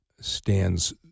stands